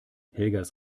helgas